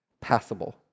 passable